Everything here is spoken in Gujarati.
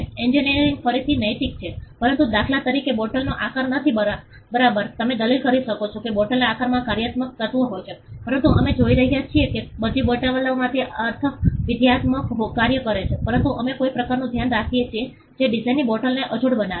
એન્જિનિયરિંગ ફરીથી નૈતિક છે પરંતુ દાખલા તરીકે બોટલનો આકાર નથી બરાબર તમે દલીલ કરી શકો છો કે બોટલના આકારમાં કાર્યાત્મક તત્વ હોય છે પરંતુ અમે જોઈ રહ્યા છીએ કે બધી બોટલોમાં તે અર્થમાં વિધેયાત્મક કાર્ય હોય છે પરંતુ અમે કોઈ પ્રકારનું ધ્યાન રાખીએ છીએ જે ડિઝાઇનની બોટલને અજોડ બનાવે છે